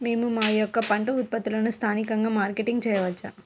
మేము మా యొక్క పంట ఉత్పత్తులని స్థానికంగా మార్కెటింగ్ చేయవచ్చా?